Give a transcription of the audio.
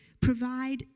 provide